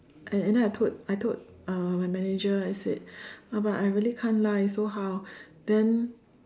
and and then I told I told uh my manager and said but I really can't lie so how then